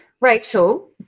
Rachel